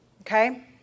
Okay